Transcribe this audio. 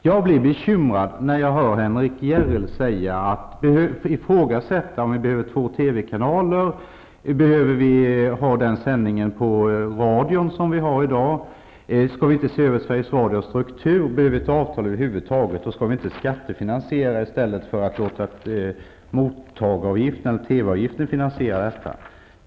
Jag blir bekymrad när jag hör Henrik S Järrel ifrågasätta om vi behöver två TV-kanaler, om vi behöver de sändningar på radion som vi har i dag, om vi skall se över Sveriges Radios struktur och avtalet över huvud taget och om vi skall skattefinansiera i stället för att låta TV-avgiften finansiera det hela.